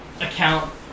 account